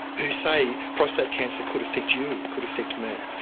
who say prostate cancer could affect you, could affect me.